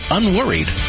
Unworried